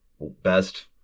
best